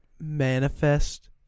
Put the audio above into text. Manifest